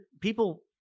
People